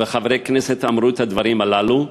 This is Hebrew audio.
וחברי כנסת אמרו את הדברים הללו,